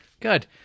Good